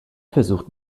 versucht